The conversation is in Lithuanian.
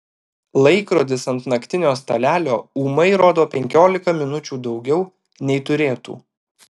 laikrodis ant naktinio stalelio ūmai rodo penkiolika minučių daugiau nei turėtų